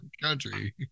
country